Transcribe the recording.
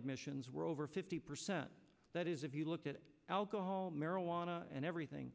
admissions were over fifty percent that is if you look at alcohol marijuana and everything